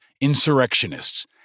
insurrectionists